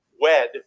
WED